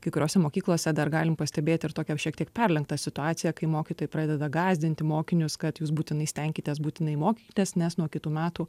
kai kuriose mokyklose dar galim pastebėti ir tokią šiek tiek perlenktą situaciją kai mokytojai pradeda gąsdinti mokinius kad jūs būtinai stenkitės būtinai mokykitės nes nuo kitų metų